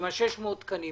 לגבי 600 התקנים.